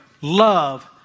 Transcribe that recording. love